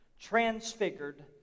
transfigured